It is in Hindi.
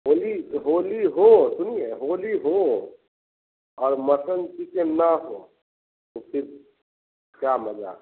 होली होली हो सुनिए होली हो और मटन चिकेन ना हो तो फिर क्या मज़ा